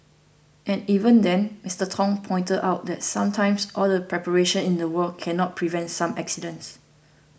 and even then Mister Tong pointed out that sometimes all the preparation in the world cannot prevent some accidents